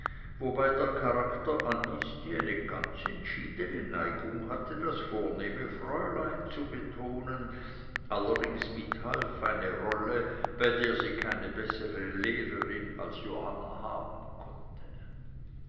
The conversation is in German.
wobei der charakter annies die eine ganz entschiedene neigung hatte das vornehme fräulein zu betonen allerdings mithalf eine rolle bei der sie keine bessere lehrerin als johanna haben konnte